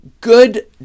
good